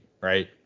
right